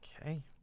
Okay